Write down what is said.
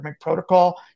protocol